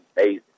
amazing